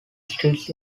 streets